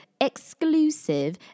exclusive